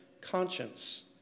conscience